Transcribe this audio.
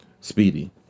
Speedy